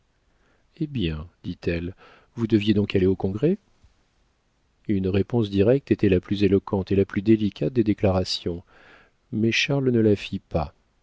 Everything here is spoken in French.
eh bien dit-elle vous deviez donc aller au congrès une réponse directe était la plus éloquente et la plus délicate des déclarations mais charles ne la fit pas